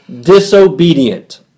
disobedient